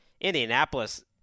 Indianapolis